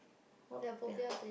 what popiah